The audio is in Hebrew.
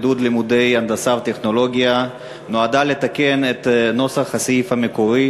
עידוד לימודי הנדסה וטכנולוגיה) נועדה לתקן את נוסח הסעיף המקורי